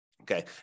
okay